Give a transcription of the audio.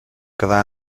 quedà